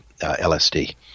LSD